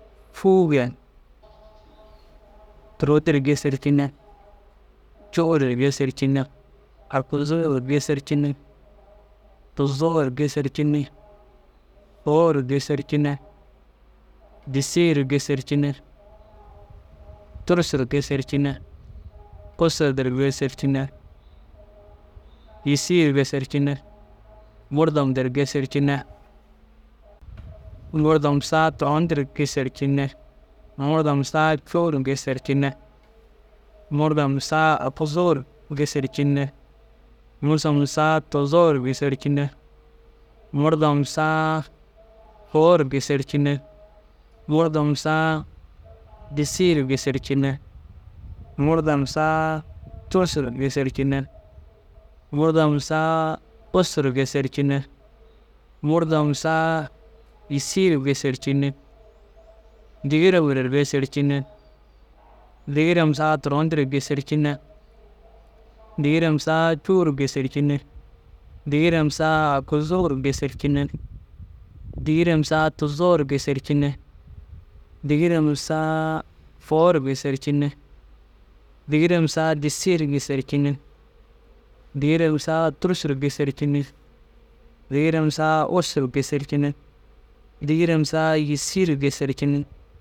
Fûuge, turon dir gêsercinne, cûu ru gêsercinne, aguzuu ru gêsercinne, tuzoo ru gêsercinne, fôu ru gêsercinne, disii ru gêsercinne, tûrusu ru gêsercinne, ussu dir gêsercinne, yîsii ru gêsercinne, murdom dir gêsercinne. Murdom saa turon dir gêsercinne, murdom saa cûu ru gêserciinne, murdom saa aguzuu ru gêsercinne, murdom saa tuzoo ru gêsercinne, murdom saaa fôu ru gêsercinne, murdom saa disii ru gêsercinne, murdom saa tûrusu ru gêsercinne, murdom saaa ussu ru gêsercinne, murdom saaa yîsii ru gsercinne, dîgirem re gêsercinne. Dîgirem saa turon diru gêsercinne, dîgirem saa cûu ru gêsercinne, dîgirem saa aguzuu ru gêsercinne, dîgirem saa tuzoo ru gêsercinne, dîgirem saaa fôu ru gêsercinne, dîgirem saa disii ru gêsercinne, dîgirem saa tûrusu ru gêsercinne, dîgirem saa ussu gêsercinne, dîgirem saa yîsii ru gêsercinne.